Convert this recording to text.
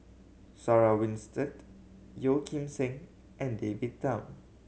Sarah Winstedt Yeo Kim Seng and David Tham